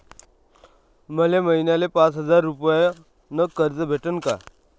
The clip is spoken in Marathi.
मले महिन्याले पाच हजार रुपयानं कर्ज भेटन का?